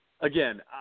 Again